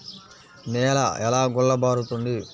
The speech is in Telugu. నేల ఎలా గుల్లబారుతుంది?